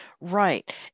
Right